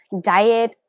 diet